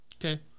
Okay